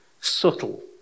subtle